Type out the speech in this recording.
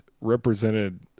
represented